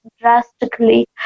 drastically